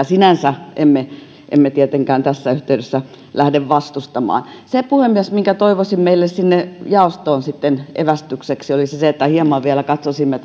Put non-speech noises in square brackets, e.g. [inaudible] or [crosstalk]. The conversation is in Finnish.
[unintelligible] sinänsä emme emme tietenkään tässä yhteydessä lähde vastustamaan se puhemies minkä toivoisin meille jaostoon sitten evästykseksi olisi se että hieman vielä katsoisimme [unintelligible]